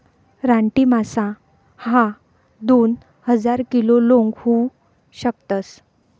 रानटी मासा ह्या दोन हजार किलो लोंग होऊ शकतस